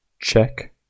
check